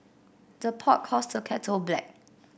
the pot calls the kettle black